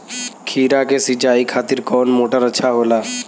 खीरा के सिचाई खातिर कौन मोटर अच्छा होला?